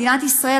מדינת ישראל,